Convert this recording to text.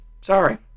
Sorry